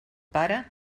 pare